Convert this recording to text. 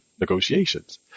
negotiations